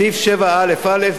בסעיף 7א(א),